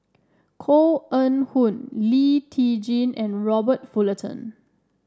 Koh Eng Hoon Lee Tjin and Robert Fullerton